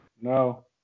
No